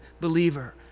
believer